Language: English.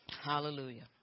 hallelujah